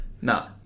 No